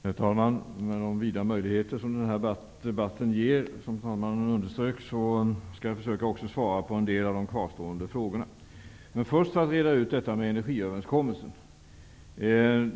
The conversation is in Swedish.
Herr talman! Med de vida möjligheter som debattreglerna ger, som talmannen underströk, skall jag försöka svara på en del av de kvarstående frågorna. Först vill jag reda ut frågan om energiöverenskommelsen.